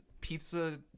pizza